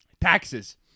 Taxes